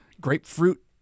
Grapefruit